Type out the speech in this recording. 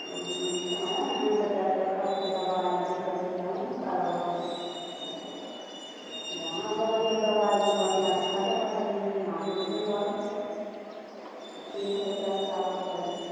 हूँ तऽ है ने टाइम पर खाइ छियै दवाइ तहन तऽ जे करबै से अहीँ ने करबै अहाँ बढ़िऑं अच्छा दबाइ दियौ जेना आदमी बढ़तै ठीक होइके आशा होतै